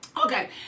Okay